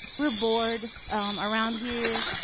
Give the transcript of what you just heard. we're bored around here,